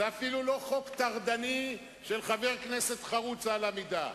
זה אפילו לא חוק טורדני של חבר כנסת חרוץ יתר על המידה.